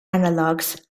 analogs